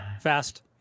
Fast